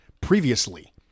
previously